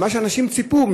ומה שאנשים ציפו,